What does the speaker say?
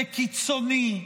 וקיצוני,